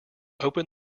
open